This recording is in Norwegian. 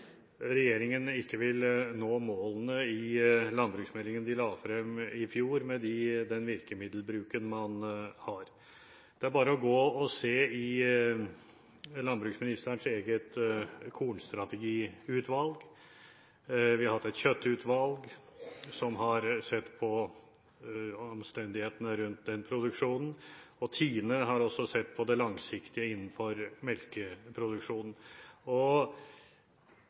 er bare å gå og se hos landbruksministerens eget kornstrategiutvalg. Vi har hatt et kjøttutvalg som har sett på omstendighetene rundt den produksjonen, og TINE har også sett på det langsiktige innenfor